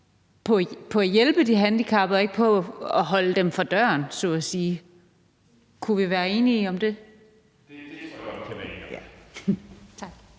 på at hjælpe de handicappede og ikke på at holde dem fra døren så at sige. Kunne vi være enige om det? Kl. 20:04 Den fg. formand